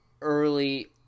early